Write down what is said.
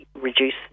reduce